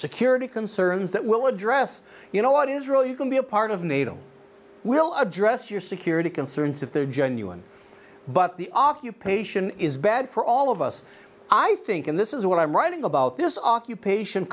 security concerns that we'll address you know what israel you can be a part of nato will address your security concerns if they're genuine but the occupation is bad for all of us i think and this is what i'm writing about this occupation